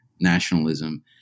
nationalism